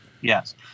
Yes